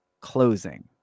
closing